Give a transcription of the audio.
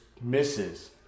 misses